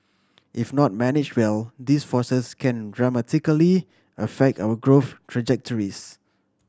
if not manage well these forces can dramatically affect our growth trajectories